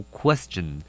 question